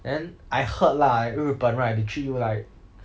then I heard lah like 日本 right they treat you like